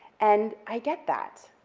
and i get that.